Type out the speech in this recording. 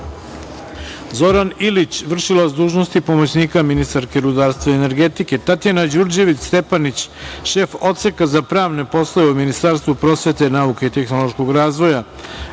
Zoran Ilić, vršilac dužnosti pomoćnika ministarke rudarstva i energetike, Tatjana Đurđević Stepanić, šef Odseka za pravne poslove u Ministarstvu prosvete, nauke i tehnološkog razvoja,